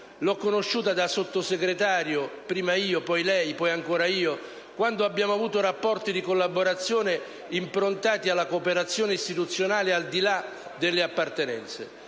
l'ho conosciuta da Sottosegretario (prima lo sono stato io, poi lei, poi ancora io), quando abbiamo avuto rapporti di collaborazione improntati alla cooperazione istituzionale al di là delle appartenenze,